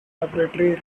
laboratory